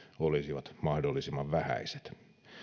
olisivat mahdollisimman vähäiset